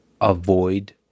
avoid